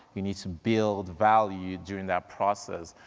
you need to build value during that process.